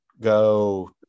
go